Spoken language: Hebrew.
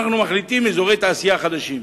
אנחנו מחליטים על אזורי תעשייה חדשים.